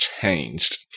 changed